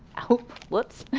ooh whoops.